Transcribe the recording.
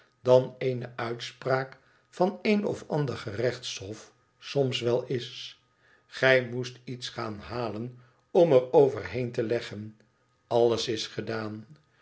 dan eene uitspraak van een of ander gerechtshof soms wel is gij moest iets gaan halen om er overheen te leggen alles is gedaan